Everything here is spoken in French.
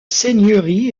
seigneurie